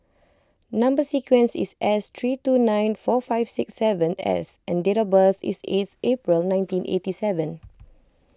Number Sequence is S three two nine four five six seven S and date of birth is eight April nineteen eighty seven